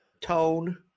tone